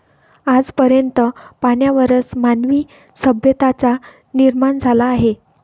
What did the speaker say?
आज पर्यंत पाण्यावरच मानवी सभ्यतांचा निर्माण झाला आहे